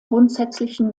grundsätzlichen